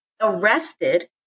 arrested